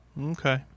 Okay